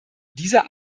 dieser